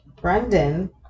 Brendan